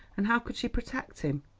and how could she protect him?